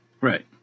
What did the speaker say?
Right